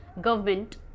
government